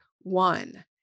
one